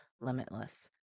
limitless